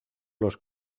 los